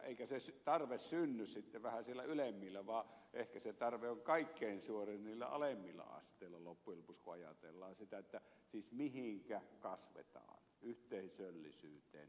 eikä se tarve synny sitten vähän siellä ylemmällä vaan ehkä se tarve on kaikkein suurin niillä alemmilla asteilla loppujen lopuksi kun ajatellaan sitä mihinkä kasvetaan yhteisöllisyyteen kasvetaan